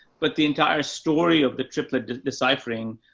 but the entire story of the triplet deciphering,